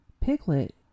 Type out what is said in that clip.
Piglet